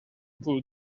pull